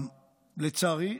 לצערי,